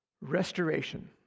Restoration